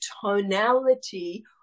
tonality